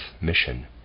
mission